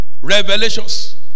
Revelations